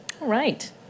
right